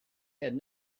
had